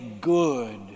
good